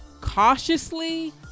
cautiously